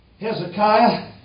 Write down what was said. Hezekiah